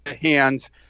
hands